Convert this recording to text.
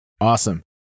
Awesome